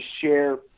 share